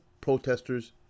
protesters